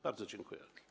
Bardzo dziękuję.